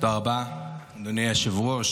תודה רבה, אדוני היושב-ראש.